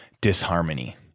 disharmony